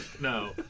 No